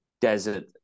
desert